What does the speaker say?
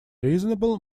reasonable